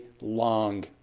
long